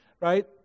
right